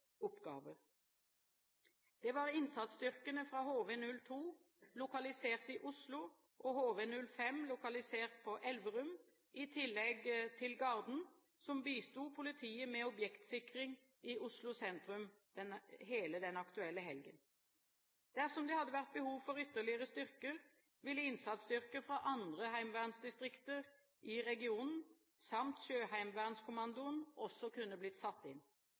Det var innsatsstyrkene fra HV-02, lokalisert i Oslo, og HV-05, lokalisert på Elverum, i tillegg til Garden som bisto politiet med objektsikring i Oslo sentrum hele den aktuelle helgen. Dersom det hadde vært behov for ytterligere styrker, ville innsatsstyrker fra andre heimevernsdistrikter i regionen samt Sjøheimevernskommandoen også kunne blitt satt inn.